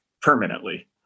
permanently